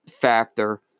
factor